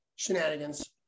Shenanigans